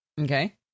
Okay